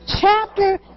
chapter